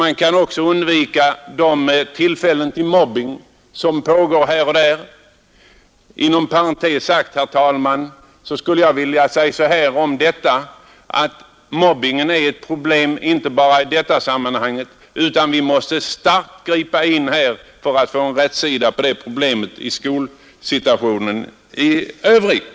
Kanske man också kan undvika de tendenser till mobbing som förekommer. Inom parentes skulle jag vilja säga att mobbingen är ett problem inte bara i detta sammanhang utan även i andra varför vi kraftigt måste ingripa för att få rätsida på det problemet i skolsituationen i övrigt.